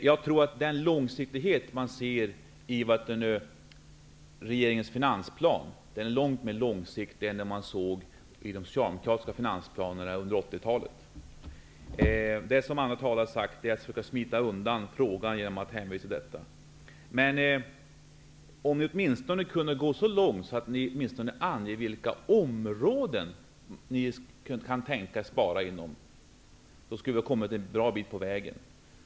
Jag tror att långsiktigheten i regeringens finansplan är vida bättre än den som fanns i de socialdemokratiska finansplanerna under 80-talet. Jag instämmer i vad andra talare har sagt, nämligen att det tycks vara fråga om att försöka smita undan genom att hänvisa på detta sätt. Men ni kunde väl åtminstone sträcka er till att ange inom vilka områden ni kan tänka er att spara. Om ni gjorde det, skulle vi komma en bra bit på vägen.